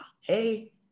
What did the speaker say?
Hey